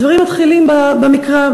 הדברים מתחילים במקרא,